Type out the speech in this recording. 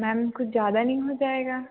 ma'am कुछ ज़्यादा नहीं हो जाएगा